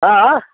आँय